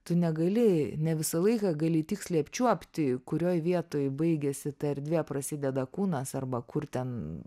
tu negali ne visą laiką gali tiksliai apčiuopti kurioj vietoj baigiasi ta erdvė prasideda kūnas arba kur ten